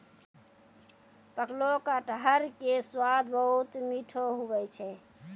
पकलो कटहर के स्वाद बहुत मीठो हुवै छै